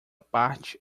parte